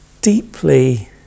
deeply